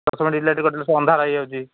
ଦଶ minute late କଲେ ସବୁ ଅନ୍ଧାର ହେଇଯାଉଛି